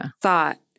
thought